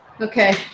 Okay